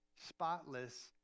spotless